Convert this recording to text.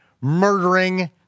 murdering